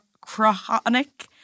chronic